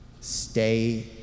Stay